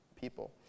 people